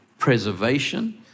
preservation